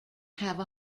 have